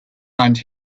and